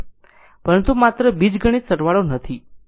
પરંતુ માત્ર બીજગણિત સરવાળો નથી